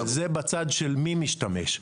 אבל זה בצד של מי משתמש,